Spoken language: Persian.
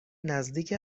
نزدیک